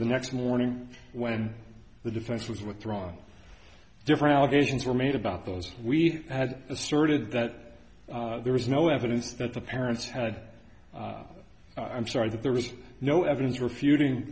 the next morning when the defense was withdrawn different allegations were made about those we had asserted that there was no evidence that the parents had i'm sorry that there was no evidence refuting